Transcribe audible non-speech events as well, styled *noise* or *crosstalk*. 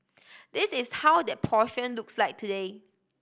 this is how that *unintelligible* looks like today